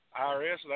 IRS